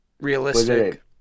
realistic